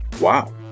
Wow